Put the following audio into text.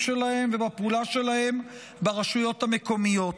שלהם ובפעולה שלהם ברשויות המקומיות.